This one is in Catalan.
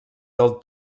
del